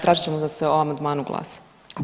Tražit ćemo da se o amandmanu glasa.